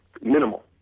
minimal